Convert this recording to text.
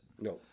No